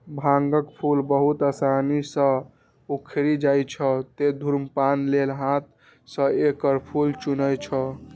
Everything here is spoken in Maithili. भांगक फूल बहुत आसानी सं उखड़ि जाइ छै, तें धुम्रपान लेल हाथें सं एकर फूल चुनै छै